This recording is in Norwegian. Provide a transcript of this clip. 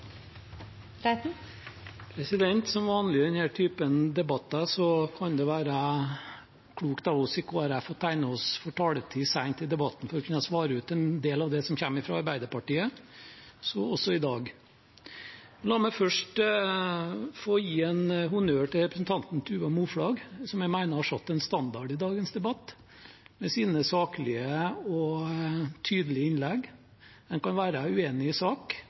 Som vanlig i denne typen debatter kan det være klokt av oss i Kristelig Folkeparti å tegne seg for taletid sent i debatten for å kunne svare ut en del av det som kommer fra Arbeiderpartiet – så også i dag. La meg først få gi honnør til representanten Tuva Moflag, som jeg mener har satt en standard i dagens debatt med sine saklige og tydelige innlegg. En kan være uenig i sak,